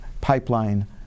pipeline